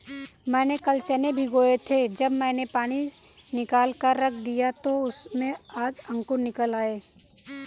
मैंने कल चने भिगोए थे जब मैंने पानी निकालकर रख दिया तो उसमें आज अंकुर निकल आए